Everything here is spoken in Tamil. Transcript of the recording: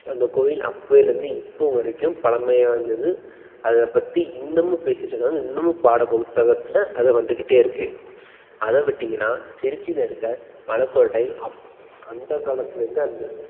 அந்தக் கோவில் அப்போலேர்ந்து இப்போது வரைக்கும் பழமையானது அதை பற்றி இன்னுமும் பேசிட்டு இருக்காங்க இன்னுமும் பாட புத்தகத்தில் அது வந்துக்கிட்டே இருக்குது அதை விட்டிங்கனா திருச்சியில் இருக்க மலைக்கோட்டை அப்போ அந்த காலத்தில் இருந்து அந்த